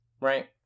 right